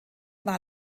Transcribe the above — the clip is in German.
war